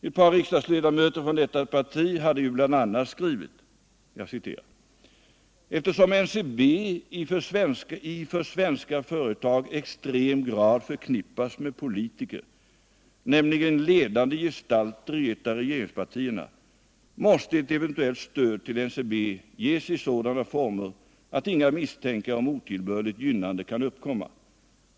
Ett par riksdagsledamöter från detta parti hade ju bl.a. skrivit: ”Eftersom NCB i för svenska företag extrem grad förknippas med politiker, nämligen ledande gestalter i ett av regeringspartierna, måste ett eventuellt stöd till NCB ges i sådana former att inga misstankar om otillbörligt gynnande kan uppkomma.